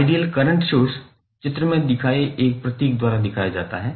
ideal current source चित्र में दिखाए गए प्रतीक द्वारा दर्शाया जाता है